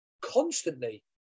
constantly